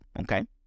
okay